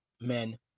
men